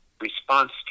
response